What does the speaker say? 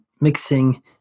mixing